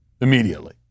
immediately